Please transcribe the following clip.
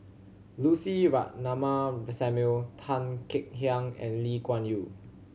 Lucy Ratnammah Samuel Tan Kek Hiang and Lee Kuan Yew